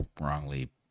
wrongly